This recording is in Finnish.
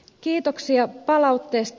kiitoksia palautteesta